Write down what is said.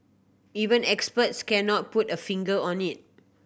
even experts cannot put a finger on it